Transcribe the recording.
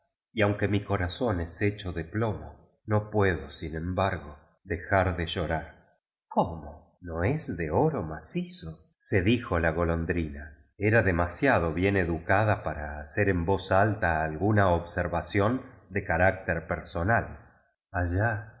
y aunque mi corazón es hecho de plomo no puedo sin em bargo dejar de llorar cómo no es de oro macizo se dijo la golondrina era demasiado bien educada para hacor en voz alta alguna observación de carácter per sona allá